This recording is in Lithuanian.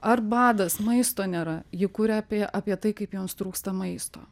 ar badas maisto nėra ji kuria apie apie tai kaip jiems trūksta maisto